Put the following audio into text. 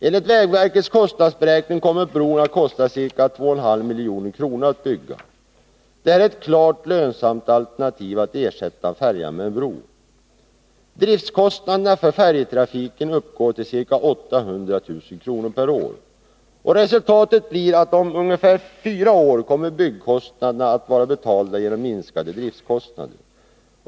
Enligt vägverkets kostnadsberäkning kommer bron att kosta ca 2,5 milj.kr. att bygga. Det är ett klart lönsamt alternativ att ersätta färjan med en bro. Driftkostnaderna för färjetrafiken uppgår till ca 800 000 kr. per år. Resultatet blir att byggkostnaderna kommer att vara betalda om ungefär fyra år genom minskade driftkostnader.